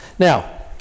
Now